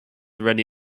ready